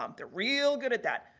um they're real good at that.